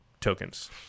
tokens